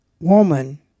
woman